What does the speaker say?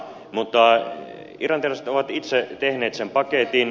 mutta irlantilaiset ovat itse tehneet sen paketin